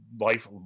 life